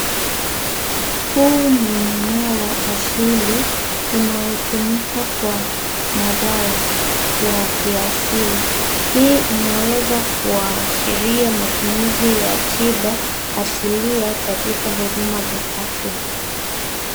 Huu ni mmea wa asili unaotumika kwa madawa ya kiasili. Hii inaweza kuashiria matumizi ya tiba asilia katika huduma za afya.